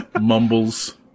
mumbles